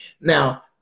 Now